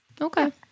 Okay